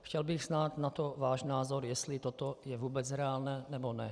Chtěl bych znát na to váš názor, jestli toto je vůbec reálné, nebo ne.